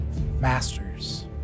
Masters